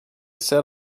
set